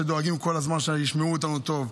שדואגים כל הזמן שישמעו אותנו טוב.